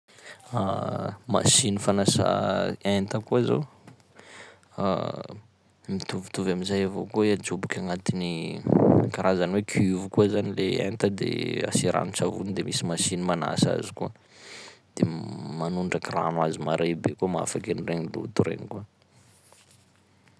Machine fanasa enta koa zao mitovitovy am'zay avao koa i ajoboky agnatin'ny karazany hoe cuve koa zany le enta de asia ranon-tsavony de misy machine manasa azy koa, de manondraky rano azy maray be koa mahafaky an'iregny loto regny koa.